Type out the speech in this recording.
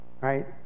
right